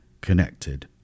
connected